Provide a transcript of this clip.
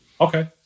Okay